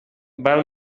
val